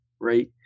right